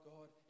God